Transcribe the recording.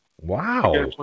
Wow